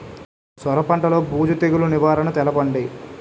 సొర పంటలో బూజు తెగులు నివారణ తెలపండి?